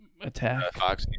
attack